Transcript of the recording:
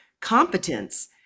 competence